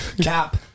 Cap